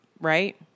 right